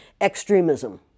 extremism